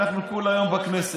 ואנחנו כולה יום בכנסת.